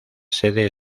sede